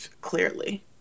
clearly